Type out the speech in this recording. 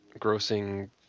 grossing